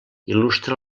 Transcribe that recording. il·lustra